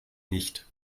nicht